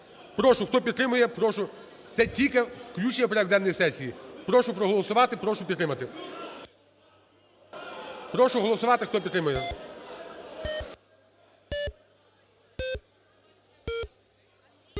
Прошу. хто підтримує, прошу. це тільки включення в порядок денний сесії. Прошу проголосувати. Прошу підтримати. Прошу голосувати, хто підтримує.